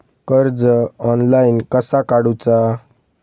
कर्ज ऑनलाइन कसा काडूचा?